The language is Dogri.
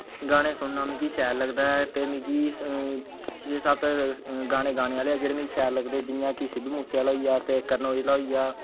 गाने सुनना मिगी शैल लगदा ऐ ते मिगी छै सत गाने गाना आहले जेहडे मिगी शैल लगदे ना जियां कि सिधु मुसेआला होी गया ते करन ओझला होई गया